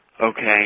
okay